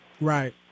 Right